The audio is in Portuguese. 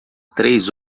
três